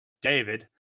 David